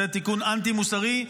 זה תיקון אנטי-מוסרי.